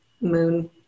moon